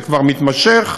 שכבר מתמשך.